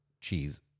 cheese